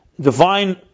divine